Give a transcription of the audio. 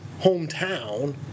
hometown